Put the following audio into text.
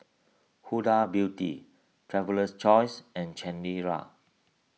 Huda Beauty Traveler's Choice and Chanira